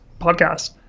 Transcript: podcast